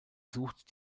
sucht